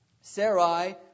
Sarai